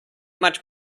much